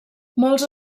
molts